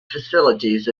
facilities